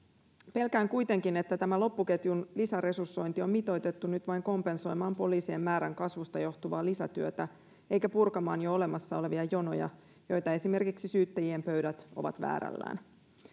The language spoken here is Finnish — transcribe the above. pelkään kuitenkin että tämä loppuketjun lisäresursointi on mitoitettu nyt vain kompensoimaan poliisien määrän kasvusta johtuvaa lisätyötä eikä purkamaan jo olemassa olevia jonoja joita esimerkiksi syyttäjien pöydät ovat väärällään